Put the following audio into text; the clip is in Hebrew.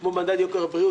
כמו מדד יוקר הבריאות,